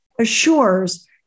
assures